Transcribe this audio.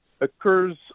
occurs